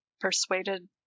persuaded